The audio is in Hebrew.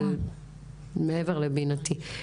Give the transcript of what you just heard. מעבר לבינתי.